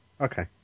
Okay